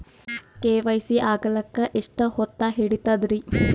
KYC ಆಗಲಕ್ಕ ಎಷ್ಟ ಹೊತ್ತ ಹಿಡತದ್ರಿ?